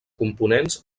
components